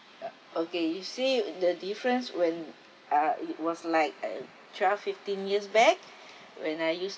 uh okay you see the difference when uh it was like ugh twelve fifteen years back when I used